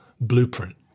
blueprint